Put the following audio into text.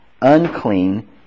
unclean